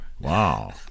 wow